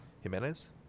Jimenez